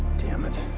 damn it.